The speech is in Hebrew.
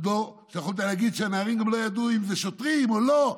שיכולת להגיד שהנערים גם לא ידעו אם זה שוטרים או לא,